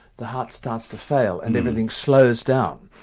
the heart starts to fail and everything slows down,